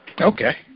Okay